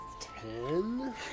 Ten